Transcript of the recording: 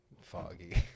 Foggy